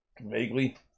Vaguely